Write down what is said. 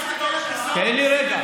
תן לי רגע.